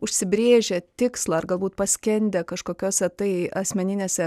užsibrėžę tikslą ar galbūt paskendę kažkokiose tai asmeninėse